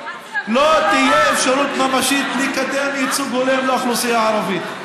לא תהיה אפשרות ממשית לקדם ייצוג הולם לאוכלוסייה הערבית.